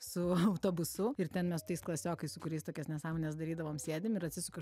su autobusu ir ten mes tais klasiokais su kuriais tokias nesąmones darydavom sėdim ir atsisuka